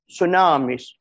Tsunamis